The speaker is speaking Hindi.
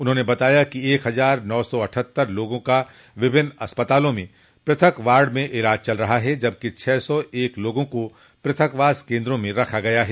उन्होंने बताया कि एक हजार नौ सौ अट्ठहत्तर लोगों का विभिन्न अस्पतालों में प्रथक वार्ड में इलाज चल रहा है जबकि छह सौ एक लोगों को प्रथकवास केन्द्रों में रखा गया है